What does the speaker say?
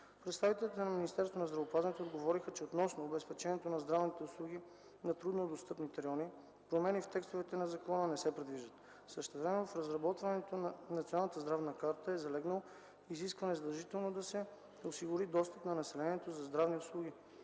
представителите на Министерството на здравеопазването отговориха, че относно обезпечаването със здравни услуги на труднодостъпните райони промени в текстовете на закона не се предвиждат. Същевременно в разработването на националната здравна карта е залегнало изискването задължително да се осигури достъп на населението до здравни услуги.